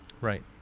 Right